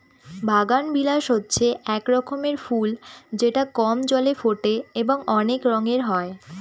বাগানবিলাস হচ্ছে এক রকমের ফুল যেটা কম জলে ফোটে এবং অনেক রঙের হয়